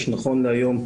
יש נכון להיום,